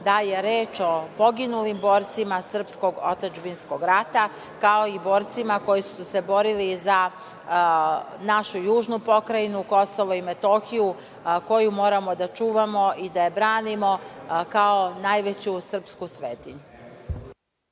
da je reč o poginulim borcima srpskog otadžbinskog rata, kao i borcima koji su se borili za našu južnu pokrajinu Kosovo i Metohiju, a koju moramo da čuvamo i da je branimo, kao najveću srpsku svetinju.